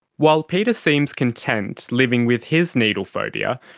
while peter seems content living with his needle phobia,